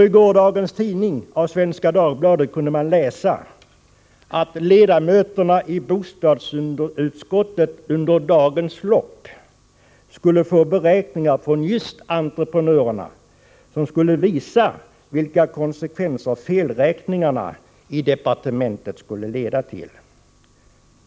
I gårdagens Svenska Dagbladet kunde man nämligen läsa att ledamöterna i bostadsutskottet under dagens lopp skulle få beräkningar från just entreprenörerna som skulle visa vilka konsekvenser felräkningarna i departementet skulle leda till.